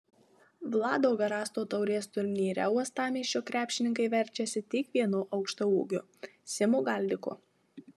vlado garasto taurės turnyre uostamiesčio krepšininkai verčiasi tik vienu aukštaūgiu simu galdiku